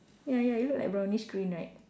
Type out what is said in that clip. ya ya it look like brownish green right